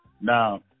Now